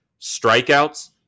strikeouts